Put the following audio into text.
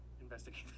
investigate